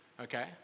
okay